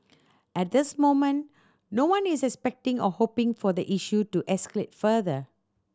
at this moment no one is expecting or hoping for the issue to escalate further